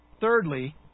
Thirdly